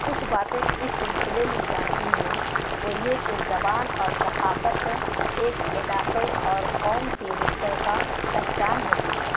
کچھ باتیں اس سلسلے میں جانتی ہوں وہ یہ کہ زبان اور ثقافت ایک علاقے اور قوم کی مشترکہ پہچان ہوتی ہے